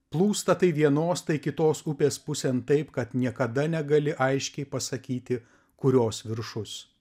plūsta tai vienos tai kitos upės pusėn taip kad niekada negali aiškiai pasakyti kurios viršus